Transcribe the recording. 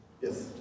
Yes